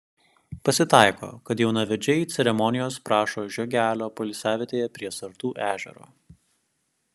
pasitaiko kad jaunavedžiai ceremonijos prašo žiogelio poilsiavietėje prie sartų ežero